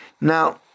Now